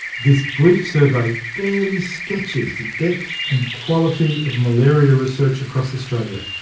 this brief survey barely sketches the depth and quality of malaria research across australia.